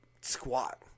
squat